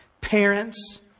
Parents